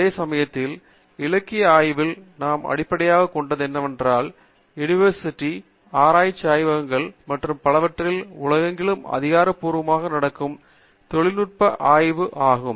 அதேசமயத்தில் இலக்கிய ஆய்வில் நாம் அடிப்படையாகக் கொண்டது என்னவென்றால் யுனிவர்சிட்டி ஆராய்ச்சி ஆய்வகங்கள் மற்றும் பலவற்றில் உலகெங்கிலும் அதிகாரப்பூர்வமாக நடக்கும் தொழில்நுட்ப ஆய்வு ஆகும்